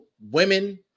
women